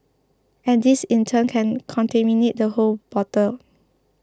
and this in turn can contaminate the whole bottle